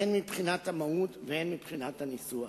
הן מבחינת המהות והן מבחינת הניסוח.